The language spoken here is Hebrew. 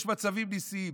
יש מצבים ניסיים,